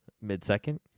Mid-second